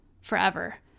forever